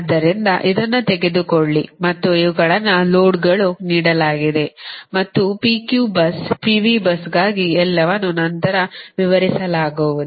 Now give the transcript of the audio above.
ಆದ್ದರಿಂದ ಇದನ್ನು ತೆಗೆದುಕೊಳ್ಳಿ ಮತ್ತು ಇವುಗಳನ್ನು ಲೋಡ್ಗಳು ನೀಡಲಾಗಿದೆ ಮತ್ತು P Q bus P V busಗಾಗಿ ಎಲ್ಲವನ್ನೂ ನಂತರ ವಿವರಿಸಲಾಗುವುದು